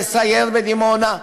לסייר בדימונה,